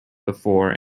before